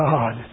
God